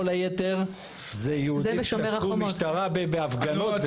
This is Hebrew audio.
כל הייתר זה יהודים כלפי משטרה בהפגנות וזה.